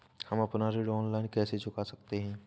हम अपना ऋण ऑनलाइन कैसे चुका सकते हैं?